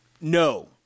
No